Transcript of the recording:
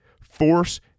force